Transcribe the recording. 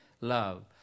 love